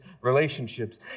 relationships